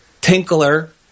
Tinkler